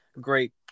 great